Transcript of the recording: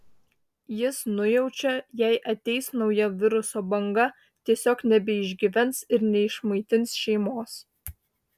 jis nujaučia jei ateis nauja viruso banga tiesiog nebeišgyvens ir neišmaitins šeimos